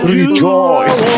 rejoice